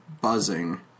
buzzing